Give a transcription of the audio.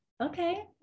okay